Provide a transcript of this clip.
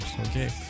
okay